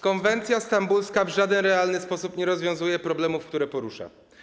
Konwencja stambulska w żaden realny sposób nie rozwiązuje problemów, które porusza.